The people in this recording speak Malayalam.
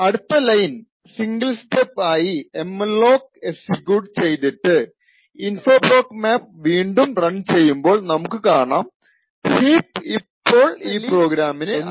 അടുത്ത ലൈൻ സിംഗിൾ സ്റ്റെപ് ആയി എംഅലോക് എക്സിക്യൂട്ട് ചെയ്തിട്ട് info proc map വീണ്ടും റൺ ചെയ്യുമ്പോൾ നമുക്ക് കാണാം ഹീപ്പ് ഇപ്പോൾ ഈ പ്രോഗ്രാമിന് അസൈൻ ചെയ്യപ്പെട്ടിട്ടു ണ്ടെന്ന്